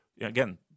again